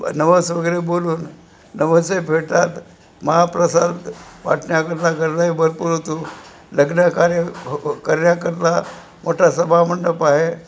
नवस वगैरे बोलून नवसही फेडतात महाप्रसाद वाटण्याकरता गल्लाही भरपूर होतो लग्नकार्य करण्याकरता मोठा सभामंडप आहे